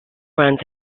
runs